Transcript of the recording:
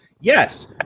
yes